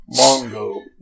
Mongo